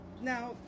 now